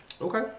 Okay